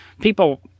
people